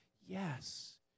Yes